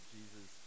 Jesus